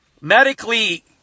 medically